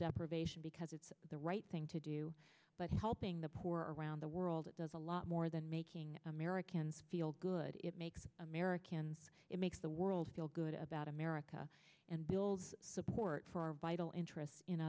deprivation because it's the right thing to do but helping the poor around the world does a lot more than making americans feel good it makes americans it makes the world feel good about america and builds support for our vital interests in